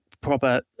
Proper